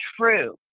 true